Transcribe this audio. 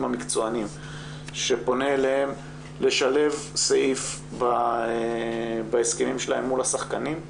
המקצועניים שפונה אליהם לשלב סעיף בהסכמים שלהם מול השחקנים,